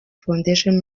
foundation